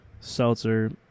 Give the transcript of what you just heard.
seltzer